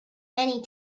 many